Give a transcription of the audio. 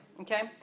Okay